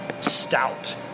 stout